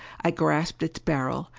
i grasped its barrel,